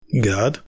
God